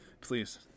Please